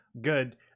good